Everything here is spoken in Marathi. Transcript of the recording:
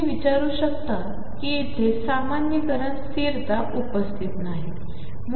तुम्हीविचारूशकताकीयेथेसामान्यीकरणस्थिरताउपस्थितनाही